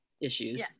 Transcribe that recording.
issues